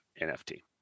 NFT